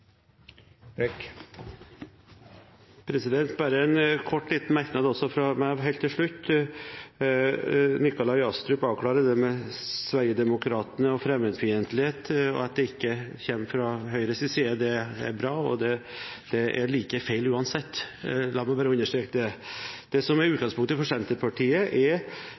en kort merknad, begrenset til 1 minutt. Jeg vil også helt til slutt komme med en kort merknad. Nikolai Astrup avklarte det med Sverigedemokraterna og fremmedfiendtlighet, og at det ikke kommer fra Høyres side. Det er bra. Det er like feil uansett – la meg bare understreke det.